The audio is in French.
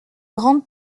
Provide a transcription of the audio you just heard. grande